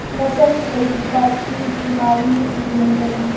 tractor के कई प्रकार के इस्तेमाल मे लिहल जाला